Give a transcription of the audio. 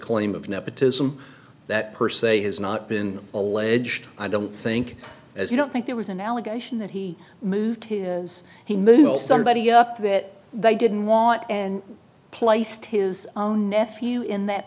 claim of nepotism that per se has not been alleged i don't think as you don't think there was an allegation that he moved his he moved all somebody up that they didn't want and placed his own nephew in that